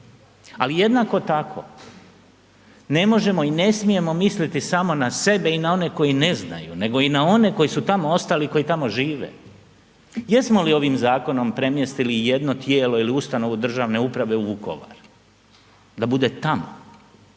Ali, jednako tako, ne možemo i ne smijemo misliti samo na sebe i na one koji ne znaju, nego i na one koji su tamo ostali i koji tamo žive. Jesmo li ovim zakonom premjestili jedno tijelo ili ustanovu državne uprave u Vukovar? Da bude tamo,